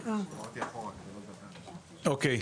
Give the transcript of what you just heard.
בוקר טוב,